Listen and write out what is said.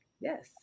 Yes